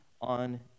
on